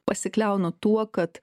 pasikliaunu tuo kad